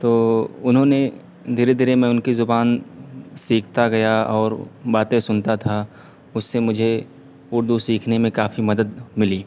تو انہوں نے دھیرے دھیرے میں ان کی زبان سیکھتا گیا اور باتیں سنتا تھا اس سے مجھے اردو سیکھنے میں کافی مدد ملی